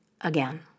again